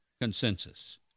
consensus